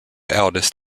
eldest